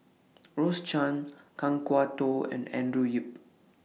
Rose Chan Kan Kwok Toh and Andrew Yip